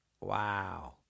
Wow